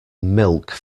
milk